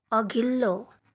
अघिल्लो